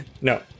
no